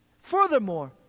Furthermore